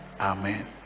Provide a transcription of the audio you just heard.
Amen